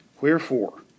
Wherefore